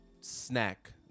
snack